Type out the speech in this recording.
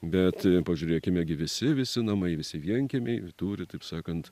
bet pažiūrėkime gi visi visi namai visi vienkiemiai turi taip sakant